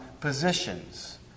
positions